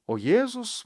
o jėzus